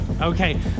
Okay